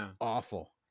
awful